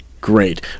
great